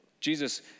Jesus